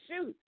Shoot